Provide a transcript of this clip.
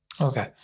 Okay